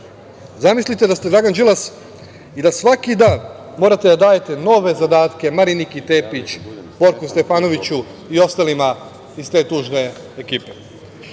Srbije. Zamislite da ste Dragan Đilas i da svaki dan morate da dajete nove zadatke Mariniki Tepić, Borku Stefanoviću i ostalim iz te tužne ekipe.